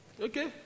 okay